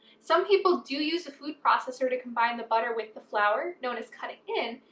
some people do use a food processor to combine the butter with the flour known as cutting in,